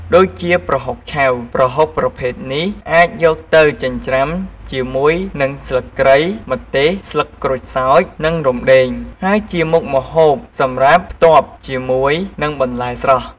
ដូចជាប្រហុកឆៅ ប្រហុកប្រភេទនេះអាចយកទៅចិញ្ច្រាំជាមួយនឹងស្លឹកគ្រៃ ម្ទេស ស្លឹកក្រូចសើច និងរំដេង ហើយជាមុខម្ហូបសម្រាប់ផ្ទាប់ជាមួយនឹងបន្លែស្រស់។